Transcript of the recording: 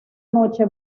noche